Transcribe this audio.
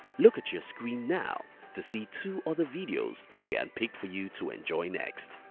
look at your screen now to see two other videos we handpicked for you to enjoy next.